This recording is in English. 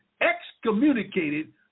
excommunicated